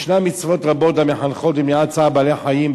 ביהדות ישנן מצוות רבות המחנכות למניעת צער בעלי-חיים.